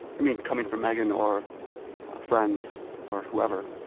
i mean, coming from megan or friends or whoever.